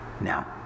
Now